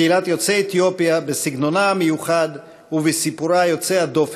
קהילת יוצאי אתיופיה בסגנונה המיוחד ובסיפורה יוצא הדופן,